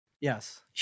yes